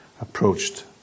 approached